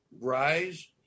rise